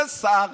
זה שר